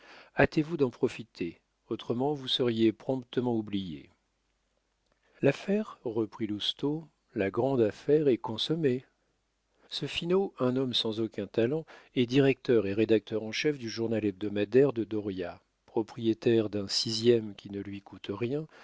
hâtez-vous d'en profiter autrement vous seriez promptement oublié l'affaire reprit lousteau la grande affaire est consommée ce finot un homme sans aucun talent est directeur et rédacteur en chef du journal hebdomadaire de dauriat propriétaire d'un sixième qui ne lui coûte rien